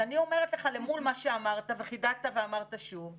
אז אני אומרת לך למול מה שאמרת וחידדת ואמרת שוב.